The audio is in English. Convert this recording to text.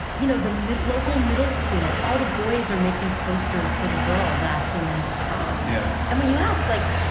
you know, the local middle school, all the boys are making posters for the girls, asking them to prom. yeah. and when you ask, like,